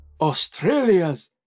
Australia's